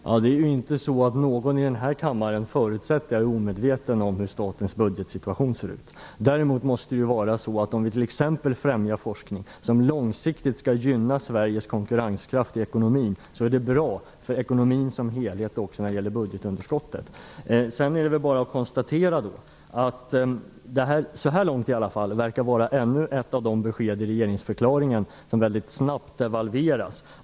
Fru talman! Jag förutsätter att det inte finns någon i denna kammare som är omedveten om hur statens budgetsituation ser ut. Däremot måste det vara bra för ekonomin som helhet och för budgetunderskottet om vi t.ex. främjar forskning som långsiktigt skall gynna Det är väl bara att konstatera att detta, åtminstone så här långt, verkar vara ännu ett av de besked i regeringsförklaringen som mycket snabbt devalverades.